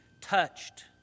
touched